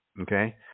okay